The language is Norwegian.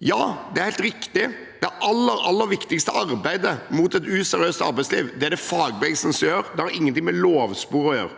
Ja, det er helt riktig at det aller viktigste arbeidet mot et useriøst arbeidsliv, er det fagbevegelsen som gjør, det har ingenting med lovsporet